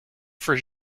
for